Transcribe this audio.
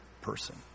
person